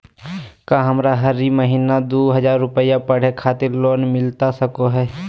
का हमरा हरी महीना दू हज़ार रुपया पढ़े खातिर लोन मिलता सको है?